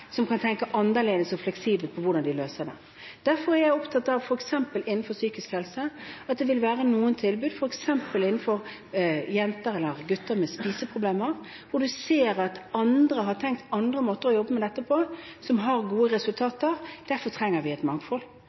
som kan tenke annerledes og fleksibelt med hensyn til hvordan de løser det. Derfor er jeg opptatt av at det vil være noen tilbud – f.eks. innen psykisk helse, f.eks. for jenter eller gutter med spiseproblemer – hvor en ser at andre har tenkt andre måter å jobbe med dette på, som har gode resultater. Derfor trenger vi et mangfold.